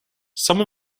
some